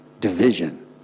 division